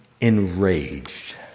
enraged